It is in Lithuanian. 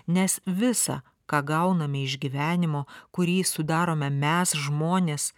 nes visa ką gauname iš gyvenimo kurį sudarome mes žmonės